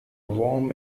worm